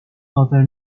other